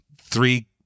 three